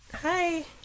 hi